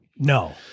No